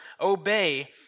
obey